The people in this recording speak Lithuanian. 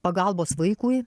pagalbos vaikui